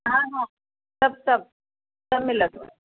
हा हा सभु सभु सभु मिलंदुव